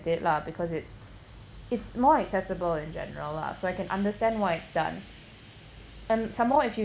with it lah because it's it's more accessible in general lah so I can understand why it's done and some more if you